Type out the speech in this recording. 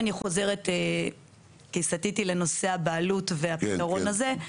הרי בניתם תוכנית עבודה.